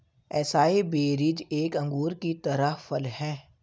acai berries एक अंगूर की तरह फल हैं